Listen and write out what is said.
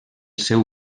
seu